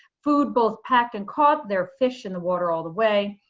food both packed and caught, their fish in the water all the way.